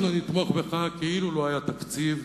אנחנו נתמוך בך כאילו לא היה תקציב,